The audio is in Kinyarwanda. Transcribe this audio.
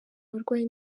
abarwayi